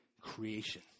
creation